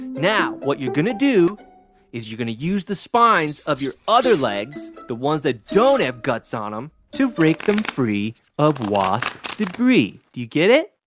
now, what you're going to do is you're going to use the spines of your other legs the ones that don't have guts on them to rake them free of wasp debris. do you get it?